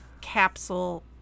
capsule